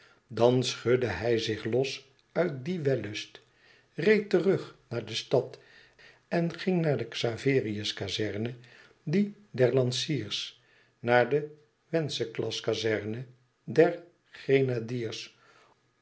dan schudde hij zich los uit dien wellust reed terug naar de stad en ging naar de xaverius kazerne die der lanciers naar de wenceslas kazerne der grenadiers